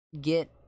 get